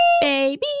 baby